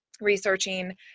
researching